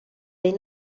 dei